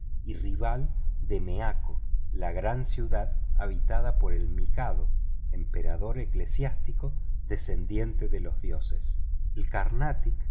y rival de meako la gran ciudad habitada por el mikado emperador eclesiástico descendiente de los dioses el carnatic